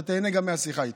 אתה תיהנה גם מהשיחה איתו.